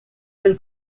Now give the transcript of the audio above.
del